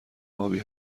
آبی